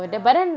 ya